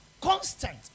constant